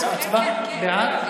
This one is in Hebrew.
הצבעתי.